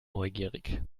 neugierig